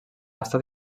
estat